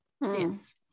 yes